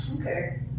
Okay